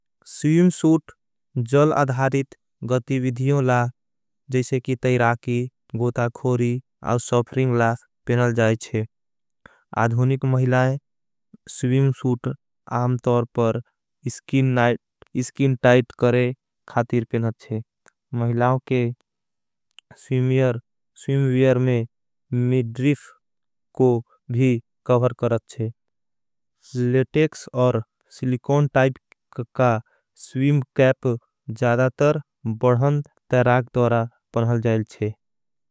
Swim suit जल अधारित गति विधियों ला जैसे की। तैराकी गोताखोरी आउ सौफरिंग ला पेनल जाएच्छे। आधुनिक महिलाएं स्वीम सूट आम तोर पर स्किन। टाइट करे खातीर पेनल चे महिलाओं के स्वीम वियर। में मी ड्रिफ को भी कबर करत चे लेटेक्स और सिलिकोन। टाइप का स्वीम कैप जादातर बढ़न तैराक दोरा पेनल जाएच्छे।